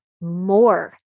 more